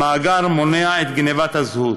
המאגר מונע את גנבת הזהות.